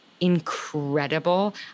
incredible